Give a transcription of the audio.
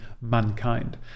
mankind